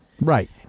Right